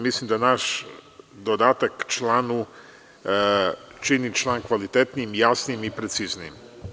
Mislim da naš dodatak članu čini član kvalitetnijim, jasnijim i preciznijim.